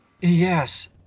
Yes